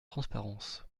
transparence